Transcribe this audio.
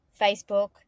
Facebook